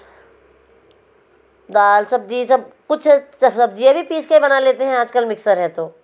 दाल सब्ज़ी सब कुछ सब्जियाँ भी पीस कर बना लेते हैं आजकल मिक्सर है तो